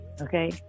okay